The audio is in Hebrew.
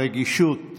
רגישות,